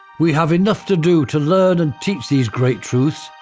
we have enough to do to learn and teach these great truths,